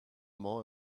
more